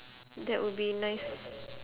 that would be nice